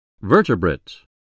Vertebrates